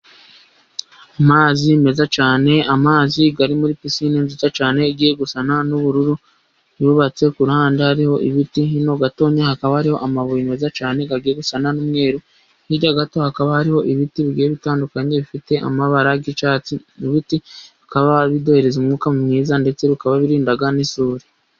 Amazi meza cyane amazi ari muri pisine nziza cyane, igiye gusa n'ubururu yubatse, ku ruhande hariho ibiti hino gato hakaba hariho amabuye meza cyane agiye gusa n'umweru, hirya gato hakaba hariho ibiti bigenda bitandukanye bifite amabara y'icyasti, ibiti bikaba biduha umwuka mwiza ndetse bikaba birinda n'isuri.